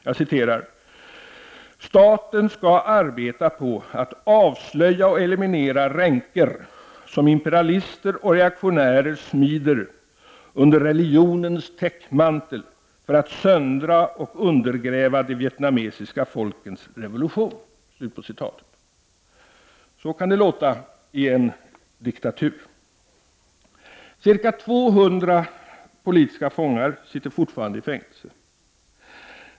Jag citerar: ”Staten skall arbeta på att avslöja och eliminera ränker som imperialister och reaktionärer smider under religionens täckmantel för att söndra och undergräva det vietnamesiska folkets revolution.” Så kan det låta i en diktatur. Ca 200 politiska fångar sitter fortfarande i fängelse.